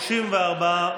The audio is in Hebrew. הצעת